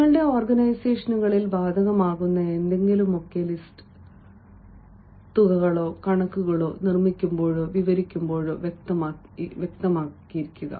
നിങ്ങളുടെ ഓർഗനൈസേഷനുകളിൽ ബാധകമാകുന്ന എന്തെങ്കിലുമൊക്കെ ലിസ്റ്റ് തുകകളോ കണക്കുകളോ നിർമ്മിക്കുമ്പോഴോ വിവരിക്കുമ്പോഴോ വ്യക്തമായിരിക്കുക